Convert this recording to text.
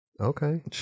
okay